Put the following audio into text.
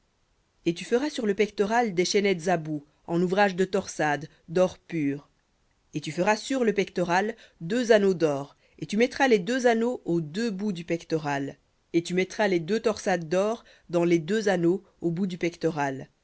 et tu feras sur le pectoral des chaînettes à bouts en ouvrage de torsade d'or pur et tu feras sur le pectoral deux anneaux d'or et tu mettras les deux anneaux aux deux bouts du pectoral et tu mettras les deux torsades d'or dans les deux anneaux aux bouts du pectoral